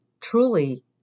truly